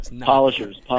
Polishers